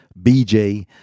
BJ